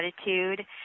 attitude